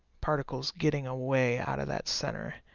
particles getting away out of that center.